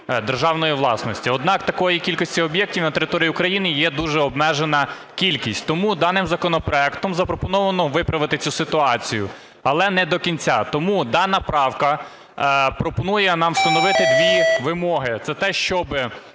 державної власності. Однак такої кількості об'єктів на території України є дуже обмежена кількість. Тому даним законопроектом запропоновано виправити цю ситуацію, але не до кінця. Тому дана правка пропонує нам встановити дві вимоги.